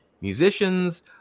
musicians